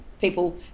people